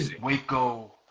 Waco